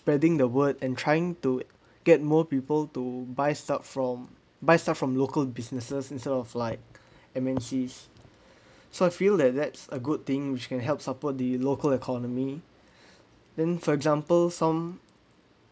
spreading the word and trying to get more people to buy stock from buy stuff from local businesses instead of like M_N_C so I feel that that's a good thing which can help support the local economy then for example some